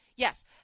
Yes